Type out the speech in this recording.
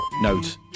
Note